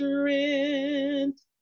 strength